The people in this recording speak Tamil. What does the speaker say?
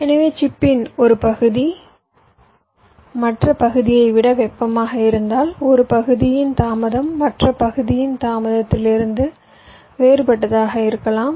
எனவே சிப்பின் ஒரு பகுதி மற்ற பகுதியை விட வெப்பமாக இருந்தால் ஒரு பகுதியின் தாமதம் மற்ற பகுதியின் தாமதத்திலிருந்து வேறுபட்டதாக இருக்கலாம்